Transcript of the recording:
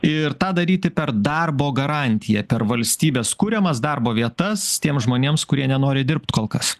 ir tą daryti per darbo garantiją per valstybės kuriamas darbo vietas tiems žmonėms kurie nenori dirbt kol kas